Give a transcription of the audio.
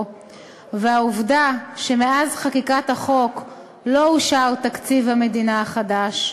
והעובדה שמאז חקיקתו לא אושר תקציב המדינה החדש,